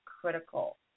critical